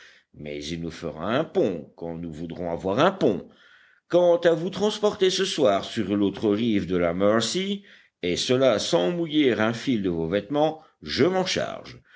mais il nous fera un pont quand nous voudrons avoir un pont quant à vous transporter ce soir sur l'autre rive de la mercy et cela sans mouiller un fil de vos vêtements je m'en charge